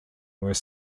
were